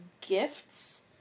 gifts